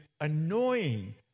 annoying